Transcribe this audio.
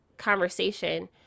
conversation